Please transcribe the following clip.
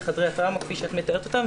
בחדרי הטראומה כפי שאת מתארת אותם.